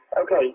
Okay